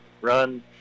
Run